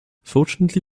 fortunately